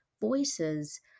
voices